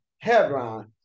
Hebron